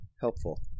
helpful